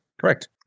correct